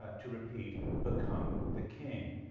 ah to repeat, become the king?